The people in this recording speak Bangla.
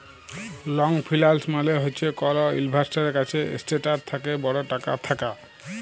লং ফিল্যাল্স মালে হছে কল ইল্ভেস্টারের কাছে এসেটটার থ্যাকে বড় টাকা থ্যাকা